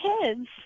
kids